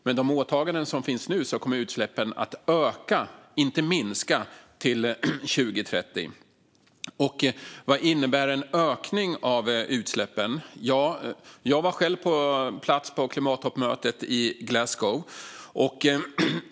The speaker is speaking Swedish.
Med de åtaganden som finns nu kommer utsläppen att öka och inte minska till 2030. Vad innebär en ökning av utsläppen? Jag var själv på plats på klimattoppmötet i Glasgow.